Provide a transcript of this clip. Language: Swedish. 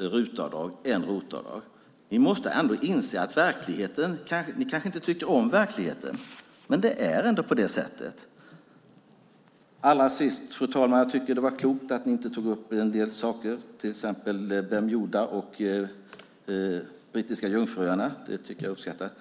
RUT-avdrag än sådana som ger ROT-avdrag. Ni måste ändå inse hur verkligheten ser ut. Ni kanske inte tycker om verkligheten, men det är ändå på det sättet. Fru talman! Det var klokt att ni inte tog upp en del saker, till exempel Bermuda och Brittiska Jungfruöarna. Det uppskattas.